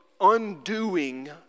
Undoing